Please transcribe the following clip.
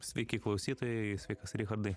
sveiki klausytojai sveikas richardai